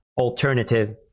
alternative